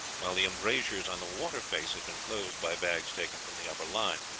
while the embrasures on the water face had been closed by bags taken from the upper line.